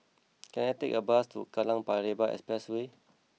can I take a bus to Kallang Paya Lebar Expressway